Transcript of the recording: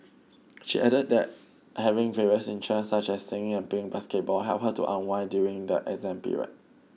she added that having various interests such as singing and playing basketball helped her to unwind during the exam period